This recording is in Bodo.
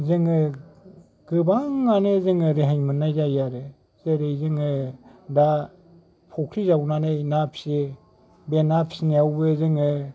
जोङो गोबाङानो जोङो रेहाय मोननाय जायो आरो जेरै जोङो दा फख्रि जावनानै ना फियो बे नाफिनायावबो जोङो